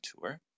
tour